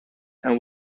and